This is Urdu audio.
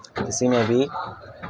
کسی میں بھی